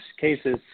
cases